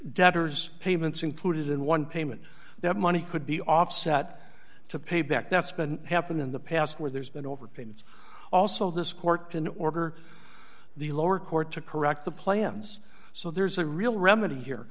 debtors payments included in one dollar payment that money could be offset to pay back that's been happened in the past where there's been overpaid it's also this court can order the lower court to correct the plans so there's a real remedy here